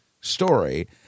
story